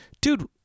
dude